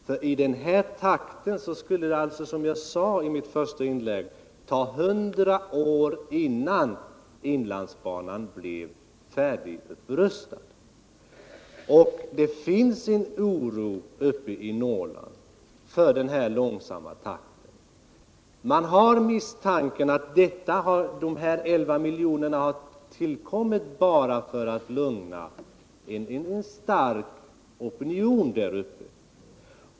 Som jag sade i mitt första inlägg skulle det med den här takten ta 100 år innan inlandsbanan blev färdigupprustad. Man är oroad uppe i Norrland för den här långsamma takten, och man har misstanken att dessa 11 miljoner anslås bara för att lugna en stark opinion där uppe.